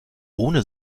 ohne